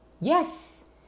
Yes